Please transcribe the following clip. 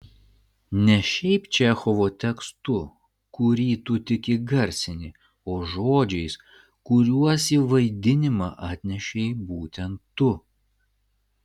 ne šiaip čechovo tekstu kurį tu tik įgarsini o žodžiais kuriuos į vaidinimą atnešei būtent tu